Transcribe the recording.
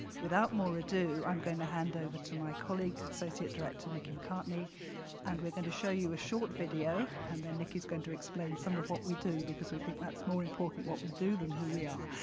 without more ado, i'm going to hand over to my colleague associate director niki mccartney and we're going to show you a short video and then niki's going to explain some of what we do, because we think that's more important what we do than who we are.